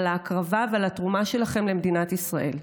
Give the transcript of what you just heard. על ההקרבה ועל התרומה שלכם למדינת ישראל.